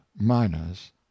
miners